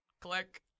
click